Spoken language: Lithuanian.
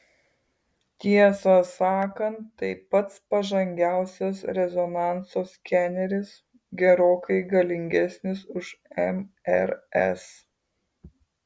tiesą sakant tai pats pažangiausias rezonanso skeneris gerokai galingesnis už mrs